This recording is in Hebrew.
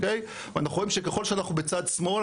ואנחנו רואים שככל שאנחנו בצד שמאל,